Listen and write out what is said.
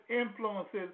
influences